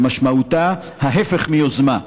שמשמעותה ההפך מיוזמה,